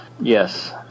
Yes